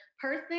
person